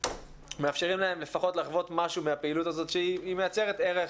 מאפשרים להם לפחות לחוות משהו מהפעילות הזאת שהיא מייצרת ערך